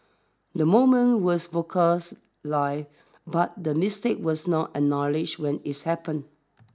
the moment was broadcast live but the mistake was not acknowledged when is happened